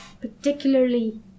particularly